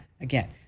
again